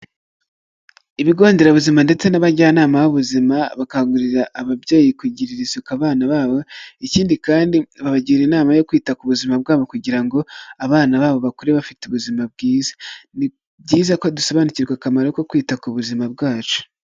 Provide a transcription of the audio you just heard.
Ibigo nderabuzima ndetse n'abajyanama b'ubuzima, bakangurira ababyeyi kugirira isuku abana babo, ikindi kandi babagira inama yo kwita ku buzima bwabo kugira ngo abana babo bakure bafite ubuzima bwiza. Ni byiza ko dusobanukirwa akamaro ko kwita ku buzima bwacu.